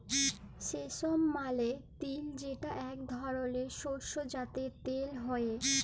সেসম মালে তিল যেটা এক ধরলের শস্য যাতে তেল হ্যয়ে